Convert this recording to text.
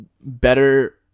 better